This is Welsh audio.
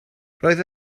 roedd